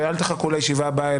אני מבקש לדעת ואל תחכו לישיבה הבאה,